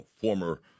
former